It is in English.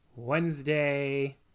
Wednesday